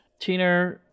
Tina